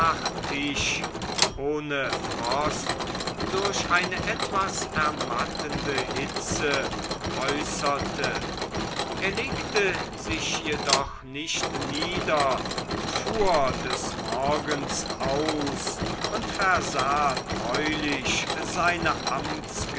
ohne frost durch eine etwas ermattende hitze äußerte er legte sich jedoch nicht nieder fuhr des morgens aus und versah treulich seine